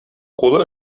кулы